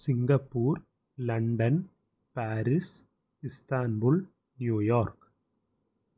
Singapore London Paris Istanbul New York